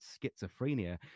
schizophrenia